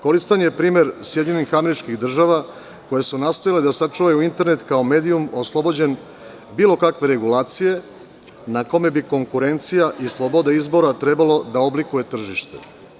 Koristan je primer SAD, koje su nastojale da sačuvaju internet kao medij oslobođen bilo kakve regulacije na kome bi konkurencija i sloboda izbora trebalo da oblikuje tržište.